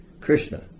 Krishna